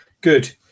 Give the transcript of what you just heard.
Good